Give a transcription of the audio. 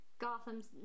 Gotham's